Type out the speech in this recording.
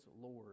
Lord